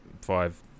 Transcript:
five